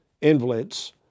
invalids